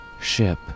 Ship